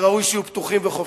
וראוי שיהיו פתוחים וחופשיים.